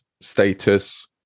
status